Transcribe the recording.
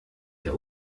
der